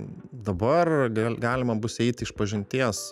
dabar galima bus eiti išpažinties